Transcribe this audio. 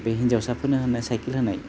बे हिन्जावसाफोरनो होनाय साइखेल होनाय